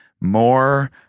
more